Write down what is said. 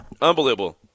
Unbelievable